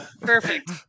Perfect